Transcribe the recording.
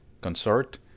consort